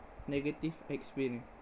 negative experience